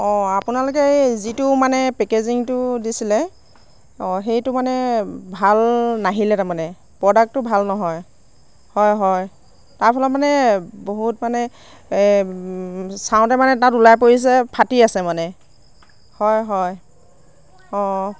অঁ আপোনালোকে এই যিটো মানে পেকেজিঙটো দিছিলে অঁ সেইটো মানে ভাল নাহিলে তাৰমানে প্ৰডাক্টটো ভাল নহয় হয় হয় তাৰ ফলত মানে বহুত মানে চাওঁতে মানে তাত ওলাই পৰিছে ফাটি আছে মানে হয় হয় অঁ